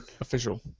official